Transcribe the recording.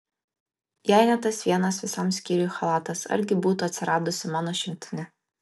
jei ne tas vienas visam skyriui chalatas argi būtų atsiradusi mano šimtinė